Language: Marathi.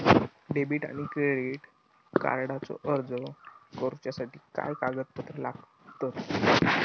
डेबिट आणि क्रेडिट कार्डचो अर्ज करुच्यासाठी काय कागदपत्र लागतत?